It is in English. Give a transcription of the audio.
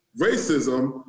racism